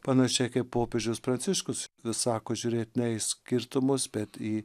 panašiai kaip popiežius pranciškus vis sako žiūrėt ne į skirtumus bet į